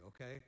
okay